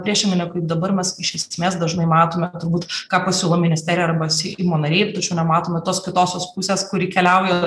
priešingai negu kaip dabar mes iš esmės dažnai matome turbūt ką pasiūlo ministerija arba seimo nariai tačiau nematome tos kitosios pusės kuri keliauja